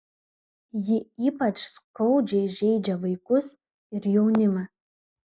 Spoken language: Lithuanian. ji ypač skaudžiai žeidžia vaikus ir jaunimą